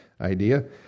idea